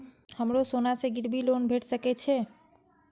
हमरो सोना से गिरबी लोन भेट सके छे?